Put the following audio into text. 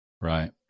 Right